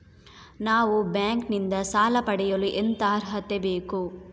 ನಾವು ಬ್ಯಾಂಕ್ ನಿಂದ ಸಾಲ ಪಡೆಯಲು ಎಂತ ಅರ್ಹತೆ ಬೇಕು?